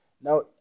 Now